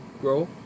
grow